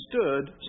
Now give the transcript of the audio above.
stood